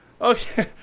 Okay